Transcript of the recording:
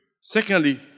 Secondly